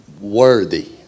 worthy